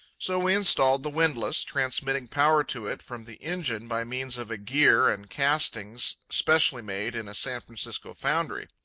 so we installed the windlass, transmitting power to it from the engine by means of a gear and castings specially made in a san francisco foundry.